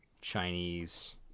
Chinese